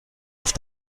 auf